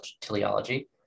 teleology